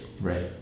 Right